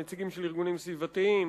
נציגים של ארגונים סביבתיים,